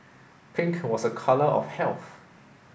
pink was a colour of health